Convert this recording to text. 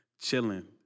chilling